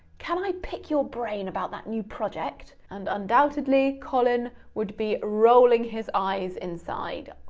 can i pick your brain about that new project? and undoubtedly, colin would be rolling his eyes inside.